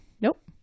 Nope